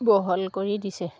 বহল কৰি দিছে